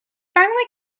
finally